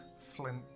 Flint